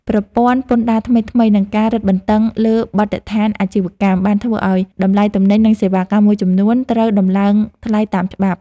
ប្រព័ន្ធពន្ធដារថ្មីៗនិងការរឹតបន្តឹងលើបទដ្ឋានអាជីវកម្ម បានធ្វើឱ្យតម្លៃទំនិញនិងសេវាកម្មមួយចំនួនត្រូវដំឡើងថ្លៃតាមច្បាប់។